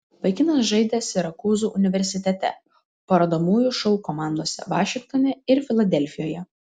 vaikinas žaidė sirakūzų universitete parodomųjų šou komandose vašingtone ir filadelfijoje